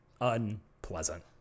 unpleasant